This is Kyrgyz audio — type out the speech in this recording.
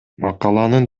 макаланын